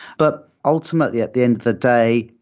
but ultimately at the end of the day,